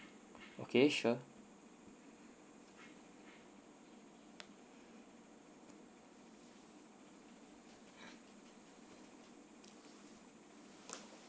okay sure